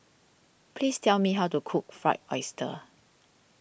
please tell me how to cook Fried Oyster